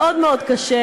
מאוד מאוד קשה.